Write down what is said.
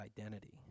identity